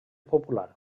popular